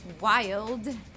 Wild